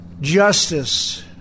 Justice